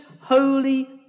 holy